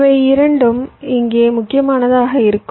இவை இரண்டும் இங்கே முக்கியமானதாக இருக்கும்